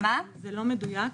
זה לא מדויק.